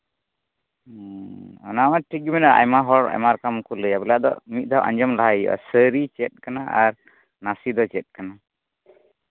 ᱚᱱᱟ ᱦᱚᱸ ᱴᱷᱤᱠ ᱜᱮ ᱢᱮᱱᱟᱜᱼᱟ ᱟᱭᱢᱟ ᱦᱚᱲ ᱟᱭᱢᱟ ᱨᱚᱠᱚᱢ ᱠᱚ ᱞᱟᱹᱭᱟ ᱵᱚᱞᱮ ᱟᱫᱚ ᱢᱤᱫ ᱵᱟᱨ ᱟᱸᱡᱚᱢ ᱞᱟᱦᱟᱭ ᱦᱩᱭᱩᱜᱼᱟ ᱥᱟᱹᱨᱤ ᱪᱮᱫ ᱠᱟᱱᱟ ᱟᱨ ᱱᱟᱥᱮ ᱫᱚ ᱪᱮᱫ ᱠᱟᱱᱟ